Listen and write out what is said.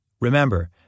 Remember